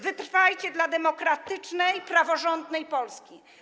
Wytrwajcie dla demokratycznej, praworządnej Polski.